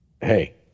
hey